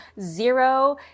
zero